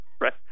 right